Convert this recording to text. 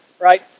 Right